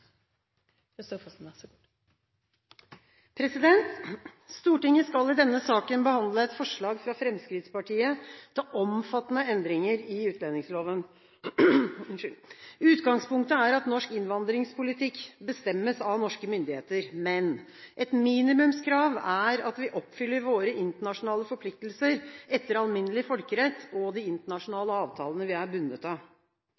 vedtatt. Stortinget skal i denne saken behandle et forslag fra Fremskrittspartiet til omfattende endringer i utlendingsloven. Utgangspunktet er at norsk innvandringspolitikk bestemmes av norske myndigheter, men et minimumskrav er at vi oppfyller våre internasjonale forpliktelser etter alminnelig folkerett og de internasjonale avtalene vi er bundet av.